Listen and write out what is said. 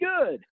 good